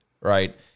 Right